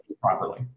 properly